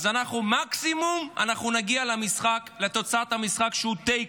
אז מקסימום נגיע לתוצאת משחק שהיא תיקו.